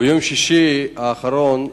ביום שישי האחרון,